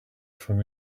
from